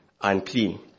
unclean